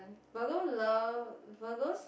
Virgo love Virgos